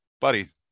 buddy